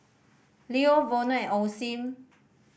Leo Vono and Osim